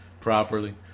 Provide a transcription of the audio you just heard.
properly